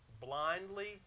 blindly